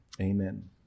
Amen